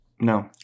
No